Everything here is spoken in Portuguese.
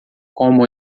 como